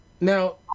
Now